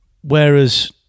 Whereas